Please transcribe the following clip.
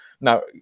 Now